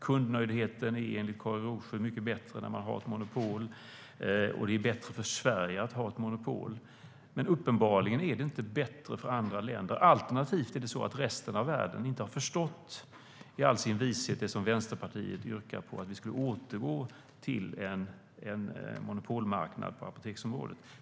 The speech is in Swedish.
Kundnöjdheten är enligt Karin Rågsjö mycket bättre när man har ett monopol. Det är bättre för Sverige att ha ett monopol, men uppenbarligen är det inte bättre för andra länder. Alternativt är det så att de i resten av världen i all sin vishet inte har förstått att det som Vänsterpartiet yrkar på är bättre, att vi skulle återgå till en monopolmarknad på apoteksområdet.